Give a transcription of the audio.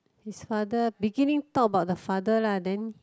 his father beginning talk about the father lah then